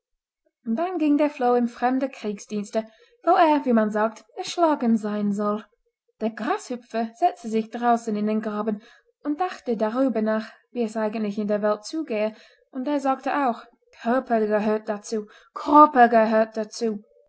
dann ging der floh in fremde kriegsdienste wo er wie man sagt erschlagen sein soll der grashüpfer setzte sich draußen in den graben und dachte darüber nach wie es eigentlich in der welt zugehe und er sagte auch körper gehört dazu körper gehört dazu